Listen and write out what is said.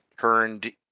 turned